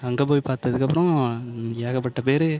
அங்கே போய் பார்த்ததுக்கப்புறம் ஏகப்பட்ட பேர்